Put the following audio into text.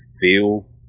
feel